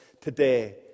today